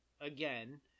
again